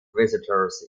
visitors